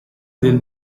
del